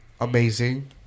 amazing